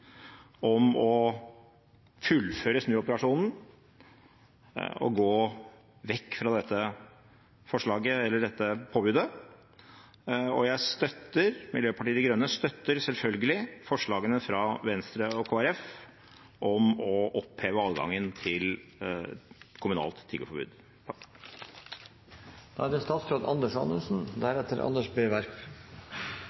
om å fullføre snuoperasjonen og gå vekk fra dette påbudet. Miljøpartiet De Grønne støtter selvfølgelig forslagene fra Venstre og Kristelig Folkeparti om å oppheve adgangen til kommunalt tiggeforbud.